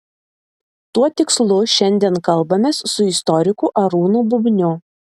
tuo tikslu šiandien kalbamės su istoriku arūnu bubniu